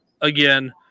again